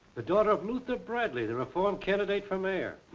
the daughter of luther bradley, the reform candidate for mayor.